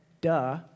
duh